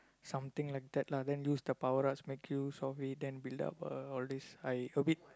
something like that lah then use the power ups make use of it then build up uh all this I a bit